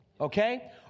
okay